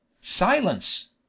Silence